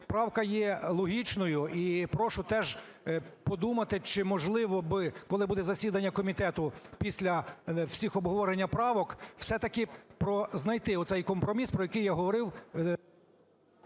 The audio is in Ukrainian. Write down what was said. правка є логічною, і прошу теж подумати, чи можливо би, коли буде засідання комітету, після всіх обговорень правок все-таки знайти оцей компроміс, про який я говорив…